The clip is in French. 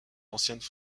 anciennes